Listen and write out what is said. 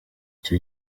icyo